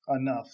enough